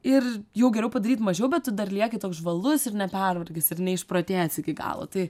ir jau geriau padaryt mažiau bet tu dar lieki toks žvalus ir nepervargęs ir neišprotėjęs iki galo tai